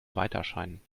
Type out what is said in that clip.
weiterscheinen